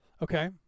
okay